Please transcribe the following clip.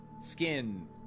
skin